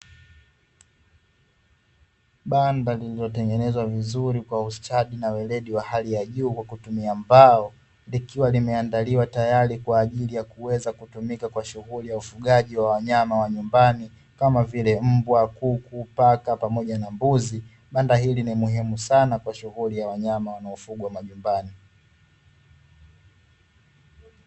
Banda lililotengenezwa vizuri kwa ustadi na weredi wa hali ya juu kwa kutumia mbao, likiwa limeandaliwa tayari kwa ajili ya kuweza kutumika kwa shughuli ya ufugaji wa wanyama wa nyumbani kama vile: mbwa, kuku paka, pamoja na mbuzi. Banda hili ni muhimu sana kwa shughuli ya wanyama wanaofugwa majumbani.